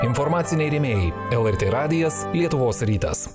informaciniai rėmėjai lrt radijas lietuvos rytas